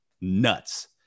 nuts